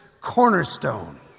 cornerstone